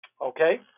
Okay